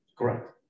Correct